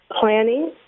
planning